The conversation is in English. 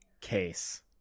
case